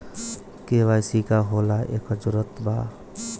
KYC का होला एकर जरूरत का होला?